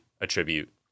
attribute